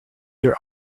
their